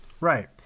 Right